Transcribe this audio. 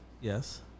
Yes